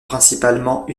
principalement